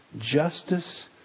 justice